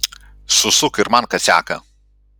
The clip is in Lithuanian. susuk ir man kasiaką